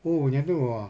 oh macam tu ah